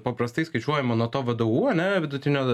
paprastai skaičiuojama nuo to vdu ane vidutinio